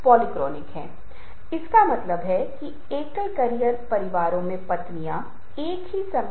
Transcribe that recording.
आप उनसे पूछेंगे कि पेप्सी उनके लिए क्या संकेत देती है